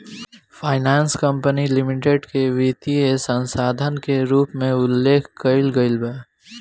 finance company limited के वित्तीय संस्था के रूप में उल्लेख कईल गईल बा